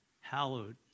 Hallowed